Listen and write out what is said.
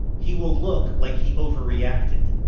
he will look like he overreacted.